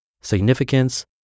significance